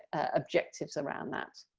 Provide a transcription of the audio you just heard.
objectives around that.